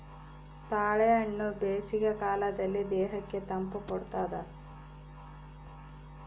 ತಾಳೆಹಣ್ಣು ಬೇಸಿಗೆ ಕಾಲದಲ್ಲಿ ದೇಹಕ್ಕೆ ತಂಪು ಕೊಡ್ತಾದ